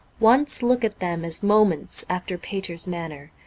once look at them as moments after pater's manner,